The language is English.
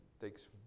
takes